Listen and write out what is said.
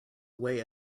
away